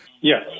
Yes